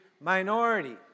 minority